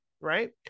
right